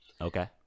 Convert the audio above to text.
Okay